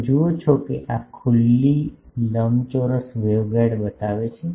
તમે જુઓ છો કે આ ખુલ્લી લંબચોરસ વેવગાઇડ બતાવે છે